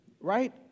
right